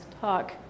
talk